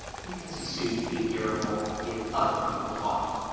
because he soon became irritable if other people talked.